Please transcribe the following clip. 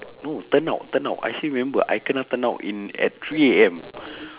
no turnout turnout I still remember I kena turnout in at three A_M